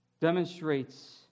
demonstrates